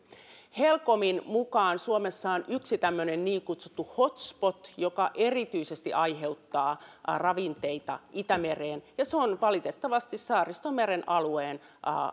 helcomin mukaan suomessa on yksi tämmöinen niin kutsuttu hotspot joka erityisesti aiheuttaa ravinteita itämereen ja se on valitettavasti saaristomeren alueen